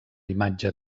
imatge